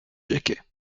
jacquet